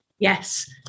Yes